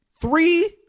Three